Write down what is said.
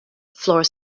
floor